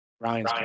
Ryan